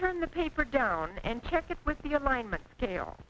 turn the paper down and check it with the alignment scale